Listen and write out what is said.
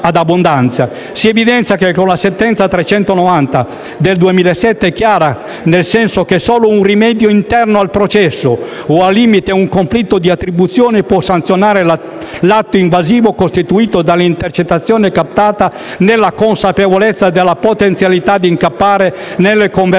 si evidenzia poi che la sentenza n. 390 del 2007 è chiara, nel senso che solo un rimedio interno al processo, o al limite un conflitto di attribuzioni, può sanzionare l'atto invasivo costituito dall'intercettazione captata nella consapevolezza della potenzialità di incappare nelle conversazioni